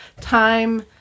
time